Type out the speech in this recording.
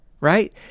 Right